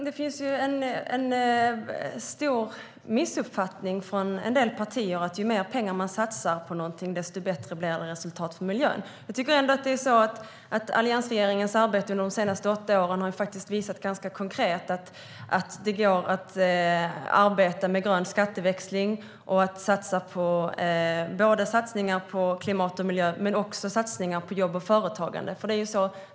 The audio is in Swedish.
Herr talman! En stor missuppfattning som finns hos en del partier är att resultatet för miljön blir bättre ju mer pengar man satsar på någonting. Alliansregeringens arbete under de senaste åtta åren har visat ganska konkret att det går att arbeta med grön skatteväxling och göra satsningar på såväl klimat och miljö som jobb och företagande.